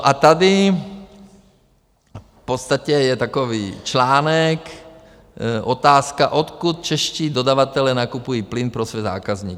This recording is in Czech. A tady v podstatě je takový článek, otázka, odkud čeští dodavatelé nakupují plyn pro své zákazníky.